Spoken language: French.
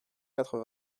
quatre